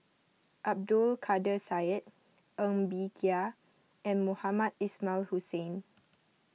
Abdul Kadir Syed Ng Bee Kia and Mohamed Ismail Hussain